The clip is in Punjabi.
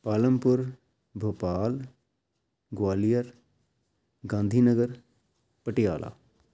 ਪਾਲਮਪੁਰ ਭੋਪਾਲ ਗੁਆਲੀਅਰ ਗਾਂਧੀਨਗਰ ਪਟਿਆਲਾ